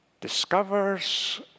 discovers